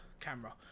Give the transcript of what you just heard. camera